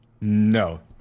No